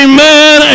Amen